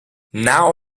now